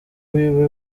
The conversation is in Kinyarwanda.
wiwe